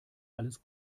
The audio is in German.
alles